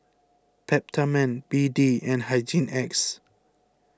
Peptamen B D and Hygin X